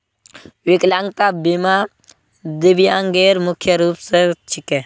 विकलांगता बीमा दिव्यांगेर मुख्य रूप स छिके